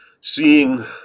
seeing